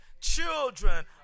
children